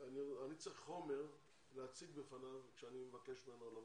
אני רוצה חומר להציג בפניו כשאני מבקש ממנו לבוא.